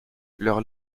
leurs